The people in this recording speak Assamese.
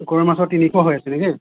গৰৈ মাছৰ তিনিশ হৈ আছে ৰেট